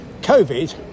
Covid